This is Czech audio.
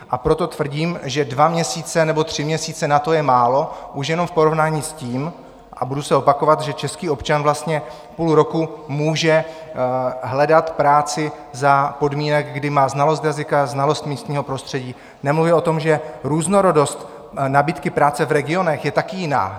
A proto tvrdím, že dva měsíce nebo tři měsíce na to je málo už jenom v porovnání s tím, a budu se opakovat, že český občan vlastně půl roku může hledat práci za podmínek, kdy má znalost jazyka, znalost místního prostředí, nemluvě o tom, že různorodost nabídky práce v regionech je taky jiná.